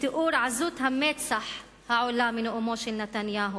לתיאור עזות המצח העולה מנאומו של נתניהו,